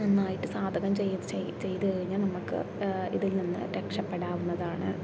നന്നായിട്ട് സാധകം ചെയ് ചെയ് ചെയ്ത് കഴിഞ്ഞാൽ നമുക്ക് ഇതിൽനിന്ന് രക്ഷപ്പെടാവുന്നതാണ്